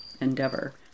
endeavor